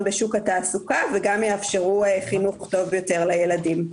בשוק התעסוקה וגם יאפשרו חינוך טוב יותר לילדים.